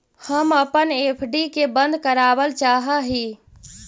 हम अपन एफ.डी के बंद करावल चाह ही